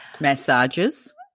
massages